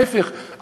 ההפך,